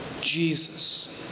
Jesus